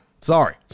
sorry